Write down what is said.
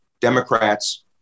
Democrats